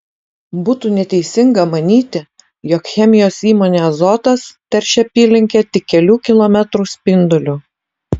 būtų neteisinga manyti jog chemijos įmonė azotas teršia apylinkę tik kelių kilometrų spinduliu